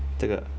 这个